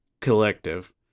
Collective